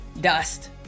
dust